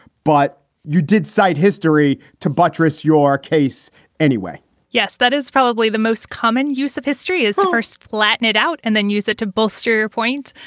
but you did cite history to buttress your case anyway yes. that is probably the most common use of history as the first. flatten it out and then use it to bolster your point.